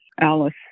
Alice